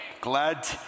Glad